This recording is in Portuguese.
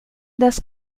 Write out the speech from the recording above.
das